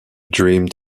dreamed